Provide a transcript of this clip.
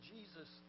Jesus